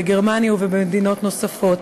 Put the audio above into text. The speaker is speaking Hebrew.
בגרמניה ובמדינות נוספות.